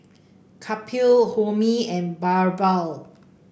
Kapil Homi and BirbaL